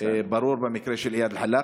ברור במקרה של איאד אלחלאק.